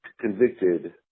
convicted